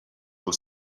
your